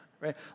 right